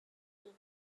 lucas